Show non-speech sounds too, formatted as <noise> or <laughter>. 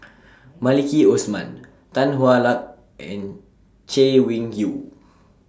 <noise> Maliki Osman <noise> Tan Hwa Luck and Chay Weng Yew